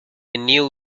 new